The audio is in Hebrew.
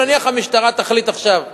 אם, נניח, המשטרה תחליט עכשיו,